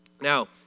Now